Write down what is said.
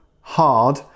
hard